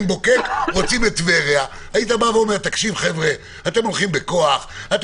עין בוקק רוצים את טבריה היית אומר: אתם לא רציניים,